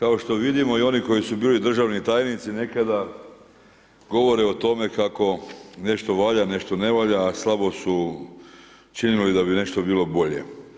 Danas se kao što vidimo i oni koji su bili državni tajnici nekada govore o tome kako nešto valja, nešto ne valja, a slabo su činili da bi nešto bilo bolje.